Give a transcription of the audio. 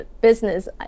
business